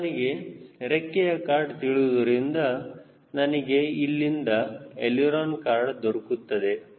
ಮತ್ತು ನನಗೆ ರೆಕ್ಕೆಯ ಕಾರ್ಡ್ ತಿಳಿದಿರುವುದರಿಂದ ನನಗೆ ಇಲ್ಲಿಂದ ಎಳಿರೋನ ಕಾರ್ಡ್ ದೊರಕುತ್ತದೆ